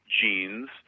genes